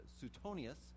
Suetonius